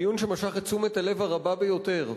הדיון שמשך את תשומת הלב הרבה ביותר,